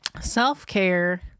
self-care